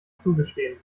zugestehen